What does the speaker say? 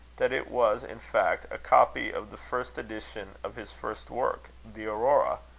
that it was in fact a copy of the first edition of his first work, the aurora,